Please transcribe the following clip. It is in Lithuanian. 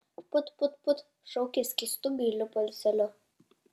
put put put šaukė skystu gailiu balseliu